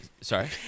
Sorry